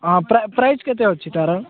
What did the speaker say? ହଁ ପ୍ରାଇସ୍ କେତେ ଅଛିି ତାର